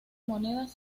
monedas